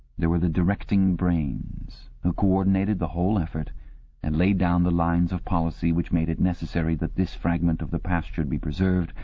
there were the directing brains who co-ordinated the whole effort and laid down the lines of policy which made it necessary that this fragment of the past should be preserved,